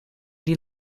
die